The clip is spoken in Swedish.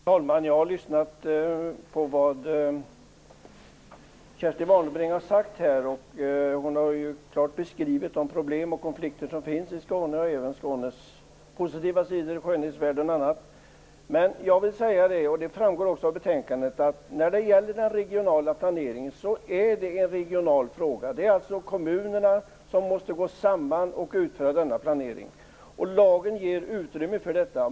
Herr talman! Jag har lyssnat på vad Kerstin Warnerbring har sagt. Hon har klart beskrivit de problem och konflikter som finns i Skåne och även Skånes positiva sidor, skönhetsvärden och annat. Som framgår av betänkandet är ändå den regionala planeringen en regional fråga. Det är alltså kommunerna som måste gå samman och utföra denna planering. Lagen ger också utrymme för detta.